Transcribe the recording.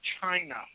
China